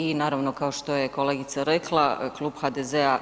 I naravno kao što je kolegica rekla Klub HDZ-a